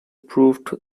proved